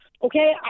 Okay